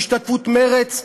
בהשתתפות מרצ,